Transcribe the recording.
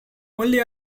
only